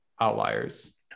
outliers